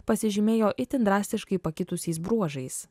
pasižymėjo itin drastiškai pakitusiais bruožais